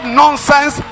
nonsense